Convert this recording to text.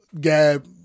gab